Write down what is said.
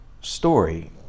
story